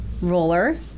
roller